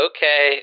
Okay